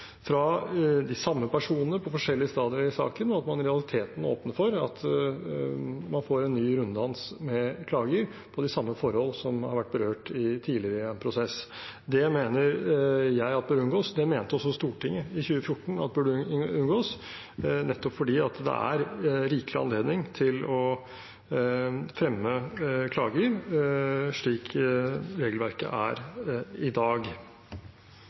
fra de samme personene på forskjellige stadier i saken, og at man i realiteten åpner for at man får en ny runddans med klager på de samme forhold som har vært berørt tidligere i prosessen. Det mener jeg bør unngås. Det mente også Stortinget i 2014 burde unngås – nettopp fordi det er rikelig anledning til å fremme klager slik regelverket er i dag.